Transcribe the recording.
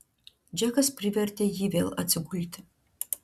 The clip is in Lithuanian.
džekas privertė jį vėl atsigulti